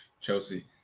Chelsea